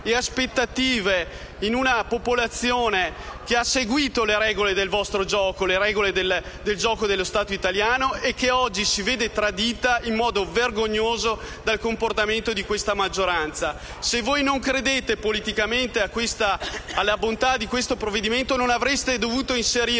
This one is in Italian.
e aspettative in una popolazione che ha seguito le regole del vostro gioco, le regole del gioco dello Stato italiano, e che oggi si vede tradita in modo vergognoso dal comportamento della maggioranza. Se voi non credete politicamente alla bontà del provvedimento, non avreste dovuto inserirlo